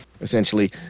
essentially